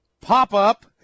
pop-up